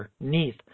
underneath